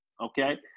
Okay